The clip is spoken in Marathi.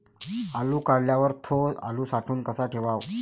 आलू काढल्यावर थो आलू साठवून कसा ठेवाव?